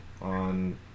on